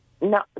No